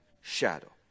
shadow